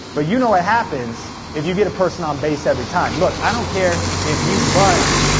but you know what happens if you get a person on base every time. look, i don't care, if you bunt,